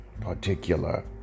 particular